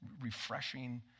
refreshing